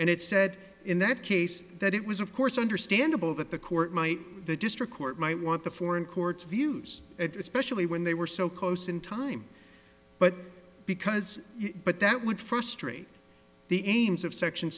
and it said in that case that it was of course understandable that the court might the district court might want the foreign courts views especially when they were so close in time i'm but because but that would frustrate the aims of section